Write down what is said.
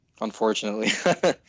unfortunately